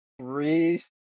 three